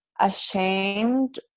ashamed